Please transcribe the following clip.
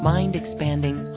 Mind-expanding